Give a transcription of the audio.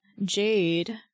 Jade